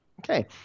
Okay